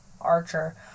Archer